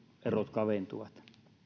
kaventuvat